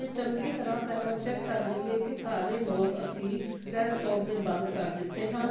ਅਤੇ ਚੰਗੀ ਤਰ੍ਹਾਂ ਪਹਿਲਾਂ ਚੈੱਕ ਕਰ ਲਈਏ ਕਿ ਸਾਰੇ ਨੋਬ ਅਸੀਂ ਗੈਸ ਸਟੋਵ ਦੇ ਬੰਦ ਕਰ ਦਿੱਤੇ ਹਨ